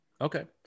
Okay